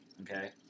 Okay